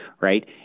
right